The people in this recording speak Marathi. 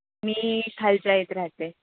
मी खालच्या आळीत राहते